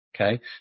okay